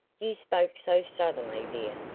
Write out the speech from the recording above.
you spoke so suddenly, dear.